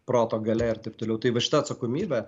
proto galia ir taip toliau tai va šita atsakomybė